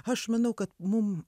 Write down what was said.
aš manau kad mum